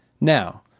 Now